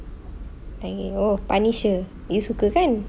lagi oh punisher you suka kan